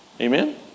Amen